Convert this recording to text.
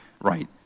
Right